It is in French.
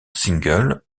single